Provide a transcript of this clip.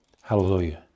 Hallelujah